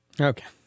okay